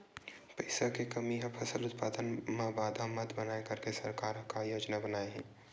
पईसा के कमी हा फसल उत्पादन मा बाधा मत बनाए करके सरकार का योजना बनाए हे?